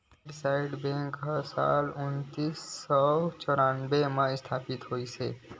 IndusInd bank ह साल उन्नीस सौ चैरानबे म इस्थापित होइस हे